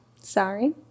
sorry